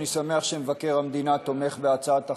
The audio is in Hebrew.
אני שמח שמבקר המדינה תומך בהצעת החוק,